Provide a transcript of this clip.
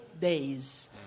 days